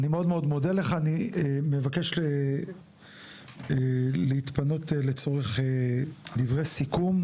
אני מבקש להתפנות לצורך דברי סיכום.